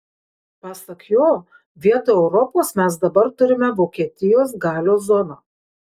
pasak jo vietoj europos mes dabar turime vokietijos galios zoną